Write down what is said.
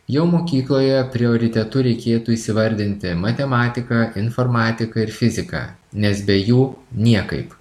jau mokykloje prioritetu reikėtų įsivardinti matematiką informatiką ir fiziką nes be jų niekaip